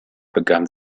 begann